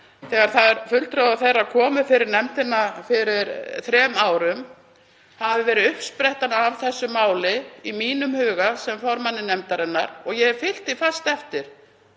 þegar fulltrúar þeirra komu fyrir nefndina fyrir þrem árum, hafi verið uppsprettan að þessu máli í mínum huga sem formanns nefndarinnar og ég hef fylgt því fast eftir.